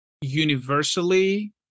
universally